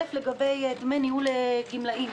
קודם כול, לגבי דמי ניהול גמלאים.